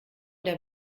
der